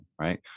right